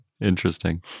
Interesting